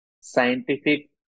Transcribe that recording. scientific